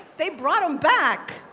they brought em back,